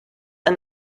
and